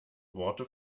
worte